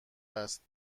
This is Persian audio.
است